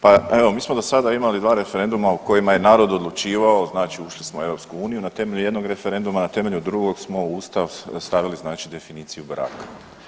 Pa evo mi smo do sada imali dva referenduma u kojima je narod odlučivao, znači ušli smo u EU, na temelju jednog referenduma, na temelju drugog smo u ustav stavili znači definiciju braka.